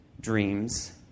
dreams